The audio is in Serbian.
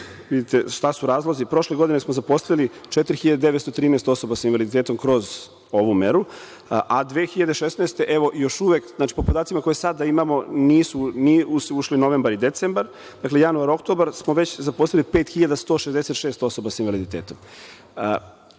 vidite šta su razlozi. Prošle godine smo zaposlili 4.913 osoba sa invaliditetom kroz ovu meru, a 2016. godine, evo i još uvek, znači, po podacima koje sada imamo, nisu ušli novembar i decembar, dakle, januar-oktobar smo već zaposlili 5.166 osoba sa invaliditetom.